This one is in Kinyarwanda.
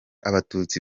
abatutsi